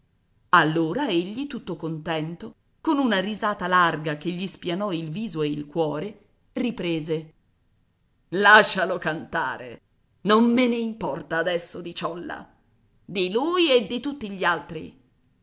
allora egli tutto contento con un risata larga che gli spianò il viso ed il cuore riprese lascialo cantare non me ne importa adesso di ciolla di lui e di tutti gli altri